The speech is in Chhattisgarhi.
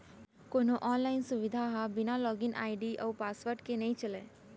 कोहूँ आनलाइन सुबिधा हर बिना लॉगिन आईडी अउ पासवर्ड के नइ चलय